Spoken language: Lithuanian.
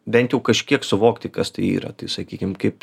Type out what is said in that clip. bent jau kažkiek suvokti kas tai yra tai sakykim kaip